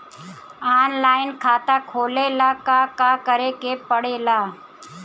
Online खाता खोले ला का का करे के पड़े ला?